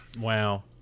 Wow